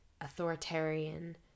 authoritarian